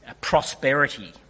prosperity